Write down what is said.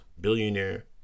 billionaire